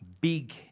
big